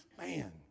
man